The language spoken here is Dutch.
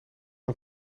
een